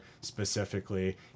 specifically